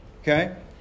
Okay